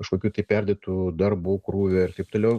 kažkokių tai perdėtų darbų krūvio ir taip toliau